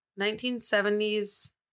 1970s